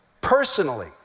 personally